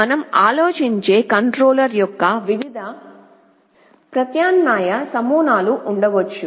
మనం ఆలోచించే కంట్రోలర్ల యొక్క వివిధ ప్రత్యామ్నాయ నమూనాలు ఉండవచ్చు